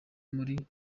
muri